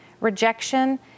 rejection